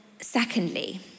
secondly